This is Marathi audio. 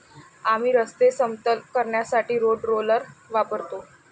आम्ही रस्ते समतल करण्यासाठी रोड रोलर वापरतो